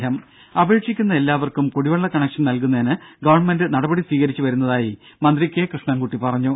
ദേദ അപേക്ഷിക്കുന്ന എല്ലാവർക്കും കുടിവെള്ള കണക്ഷൻ നൽകുന്നതിന് ഗവൺമെന്റ് നടപടി സ്വീകരിച്ചുവരുന്നതായി മന്ത്രി കെ കൃഷ്ണൻകുട്ടി പറഞ്ഞു